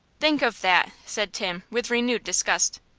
think of that! said tim, with renewed disgust.